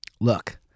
look